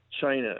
China